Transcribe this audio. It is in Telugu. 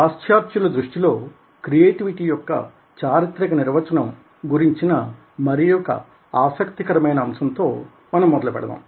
పాశ్చాత్యుల దృష్టిలో క్రియేటివిటీ యొక్క చారిత్రక నిర్వచనం గురించిన మరియొక ఆసక్తికరమైనఅంశంతో మనం మొదలు పెడదాము